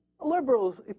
liberals